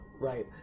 Right